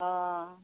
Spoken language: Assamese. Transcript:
অঁ